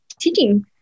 teaching